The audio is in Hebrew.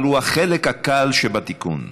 אבל הוא החלק הקל שבתיקון.